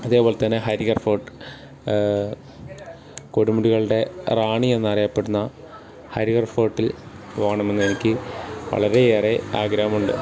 അതേപോലെത്തന്നെ ഹരിഹർ ഫോർട്ട് കൊടുമുടികളുടെ റാണി എന്നറിയപ്പെടുന്ന ഹരിഹർ ഫോർട്ടിൽ പോവണമെന്ന് എനിക്ക് വളരെയേറെ ആഗ്രഹമുണ്ട്